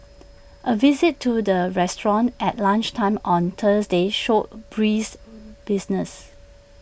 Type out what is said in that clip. A visit to the restaurant at lunchtime on Thursday showed brisk business